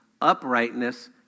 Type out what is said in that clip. uprightness